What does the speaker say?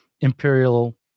Imperial